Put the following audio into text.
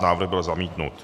Návrh byl zamítnut.